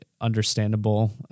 understandable